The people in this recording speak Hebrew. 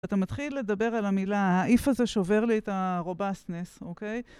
אתה מתחיל לדבר על המילה, הif הזה שובר לי את הרובסנס, אוקיי?